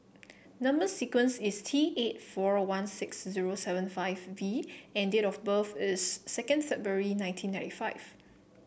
number sequence is T eight four one six zero seven five V and date of birth is second February nineteen ninety five